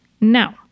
Now